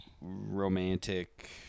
romantic